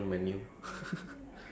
the menu the menu